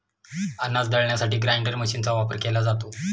अनाज दळण्यासाठी ग्राइंडर मशीनचा वापर केला जातो